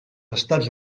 estats